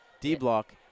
D-Block